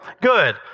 Good